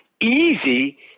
easy